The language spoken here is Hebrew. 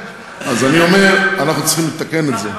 אז אני אומר, אנחנו צריכים לתקן את זה.